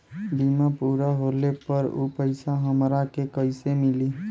बीमा पूरा होले पर उ पैसा हमरा के कईसे मिली?